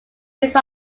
based